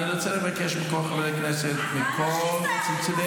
אני רוצה לבקש מכל חברי הכנסת מכל צידי